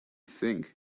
think